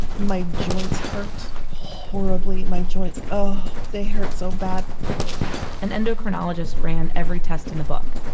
my joints hurt horribly, my joints. oh, they hurt so bad an endocrinologist ran every test in the book.